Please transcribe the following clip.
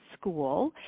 school